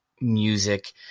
music